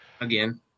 again